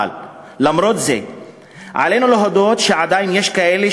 אבל למרות זאת עלינו להודות שעדיין יש כאלה